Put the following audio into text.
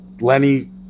Lenny